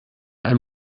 einem